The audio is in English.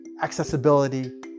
accessibility